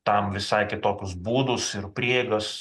tam visai kitokius būdus ir prieigas